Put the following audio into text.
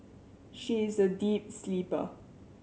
she is a deep sleeper